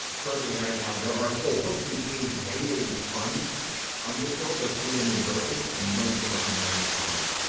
currently right now there are still hooks and chains dangling from umbrasyl, but some of them have and broken and most of them are unmanned at the moment.